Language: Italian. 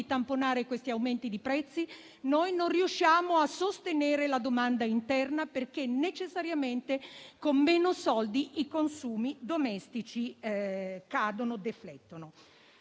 tamponare gli aumenti dei prezzi, non riusciremo a sostenere la domanda interna, perché necessariamente, con meno soldi, i consumi domestici deflettono.